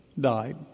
died